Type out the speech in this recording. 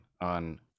on